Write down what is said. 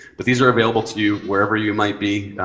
but these are available to you wherever you might be.